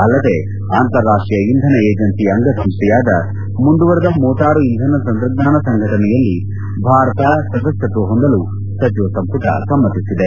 ಅಲ್ಲದೇ ಅಂತಾರಾಷ್ವೀಯ ಇಂಧನ ಏಜೆನ್ಸಿ ಅಂಗಸಂಸ್ಥೆಯಾದ ಮುಂದುವರೆದ ಮೋಟಾರು ಇಂಧನ ತಂತ್ರಜ್ಜಾನ ಸಂಘಟನೆಯಲ್ಲಿ ಭಾರತ ಸದಸ್ತತ್ವ ಹೊಂದಲು ಸಚಿವ ಸಂಪುಟ ಸಮೃತಿಸಿದೆ